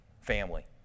Family